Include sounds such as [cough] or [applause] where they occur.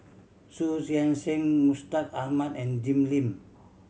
Xu Yuan [unintelligible] Mustaq Ahmad and Jim Lim